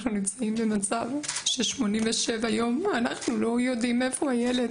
אנחנו נמצאים במצב ששמונים ושבע יום אנחנו לא יודעים איפה הילד,